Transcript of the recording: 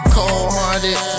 Cold-hearted